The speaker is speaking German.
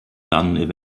dann